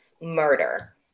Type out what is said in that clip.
murder